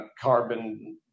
carbon